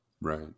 Right